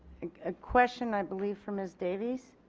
ah question i believe for ms. davies.